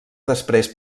després